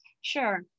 Sure